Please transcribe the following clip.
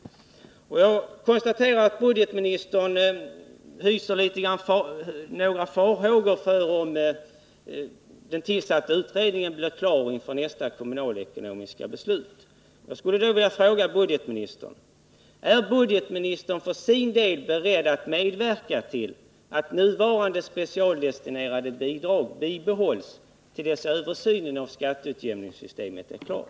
Jag konstaterar att budgetministern hyser vissa farhågor för att den tillsatta utredningen kanske inte blir klar före nästa kommunalekonomiska beslut. Jag skulle då vilja fråga budgetministern: Är budgetministern för sin del beredd att medverka till att nuvarande specialdestinerade bidrag bibehålls till dess översynen av skatteutjämningssystemet är klar.